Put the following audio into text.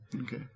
Okay